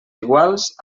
iguals